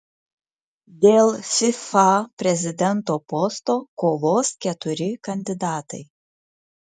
dėl fifa prezidento posto kovos keturi kandidatai